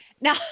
Now